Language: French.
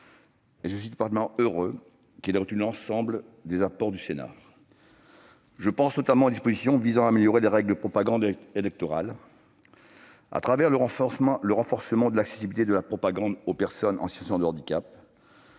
particulièrement heureux qu'elle ait retenu l'ensemble des apports du Sénat. Je pense notamment aux dispositions visant à améliorer les règles de propagande électorale : renforcement de l'accessibilité de la propagande aux personnes en situation de handicap